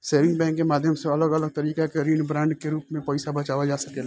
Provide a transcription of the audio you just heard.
saving bank के माध्यम से अलग अलग तरीका के ऋण बांड के रूप में पईसा बचावल जा सकेला